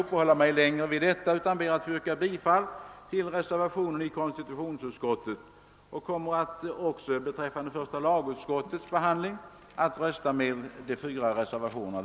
Jag kommer att rösta såväl för den vid konstitutionsutskottets utlåtande fogade reservationen som för de vid första lagutskottets utlåtande fogade fyra reservationerna.